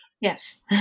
Yes